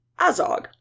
Azog